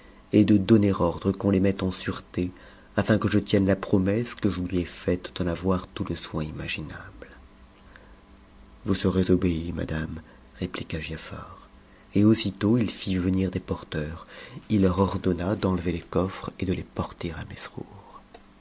et de donner ordre qu'on les mette en sûreté afin que je tienne la promesse que je lui ai faite d'en avoir tout le soin imaginable vous serez obéie madame répliqua giafar et aussitôt il fit venir des porteurs il leur ordonna d'enlever les conres et de les porter à